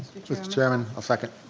mr. chairman, i'll second.